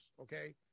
okay